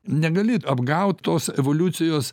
negali apgaut tos evoliucijos